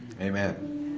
Amen